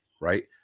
right